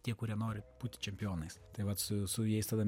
tie kurie nori būti čempionais tai vat su su jais tada